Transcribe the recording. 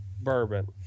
bourbon